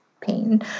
pain